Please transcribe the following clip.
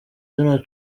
donald